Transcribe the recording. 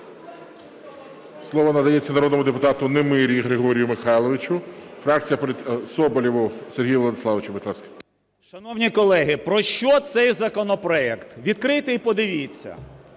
Слово надається народному депутату Немирі Григорію Михайловичу, фракція… Соболєву Сергію Владиславовичу, будь ласка. 18:46:33 СОБОЛЄВ С.В. Шановні колеги, про що цей законопроект? Відкрийте і подивіться.